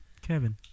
Kevin